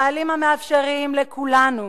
חיילים המאפשרים לכולנו,